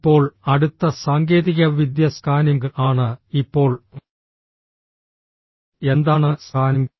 ഇപ്പോൾ അടുത്ത സാങ്കേതികവിദ്യ സ്കാനിംഗ് ആണ് ഇപ്പോൾ എന്താണ് സ്കാനിംഗ്